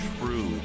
true